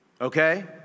okay